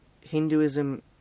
Hinduism